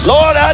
Lord